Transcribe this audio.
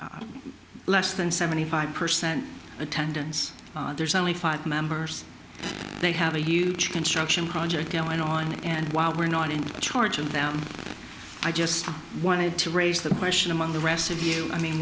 less than seventy five percent attendance there's only five members they have a huge construction project going on and while we're not in charge of them i just wanted to raise the question among the rest of you i mean